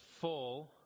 full